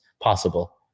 possible